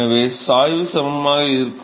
எனவே சாய்வு சமமாக இருக்கும்